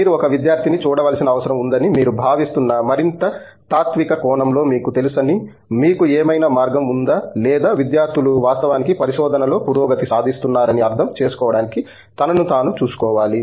మీరు ఒక విద్యార్థిని చూడవలసిన అవసరం ఉందని మీరు భావిస్తున్న మరింత తాత్విక కోణంలో మీకు తెలుసని మీకు ఏమైనా మార్గం ఉందా లేదా విద్యార్థులు వాస్తవానికి పరిశోధనలో పురోగతి సాధిస్తున్నారని అర్థం చేసుకోవడానికి తనను తాను చూసుకోవాలి